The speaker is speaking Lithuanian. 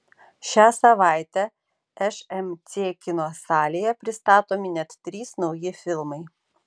šią savaitę šmc kino salėje pristatomi net trys nauji filmai